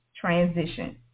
transition